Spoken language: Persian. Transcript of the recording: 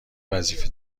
وظیفه